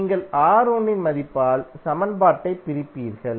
நீங்கள் R1 இன் மதிப்பால் சமன்பாட்டைப் பிரிப்பீர்கள்